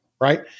Right